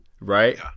right